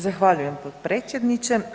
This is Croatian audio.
Zahvaljujem potpredsjedniče.